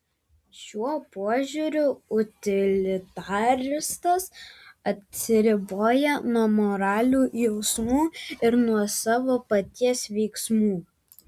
šiuo požiūriu utilitaristas atsiriboja nuo moralių jausmų ir nuo savo paties veiksmų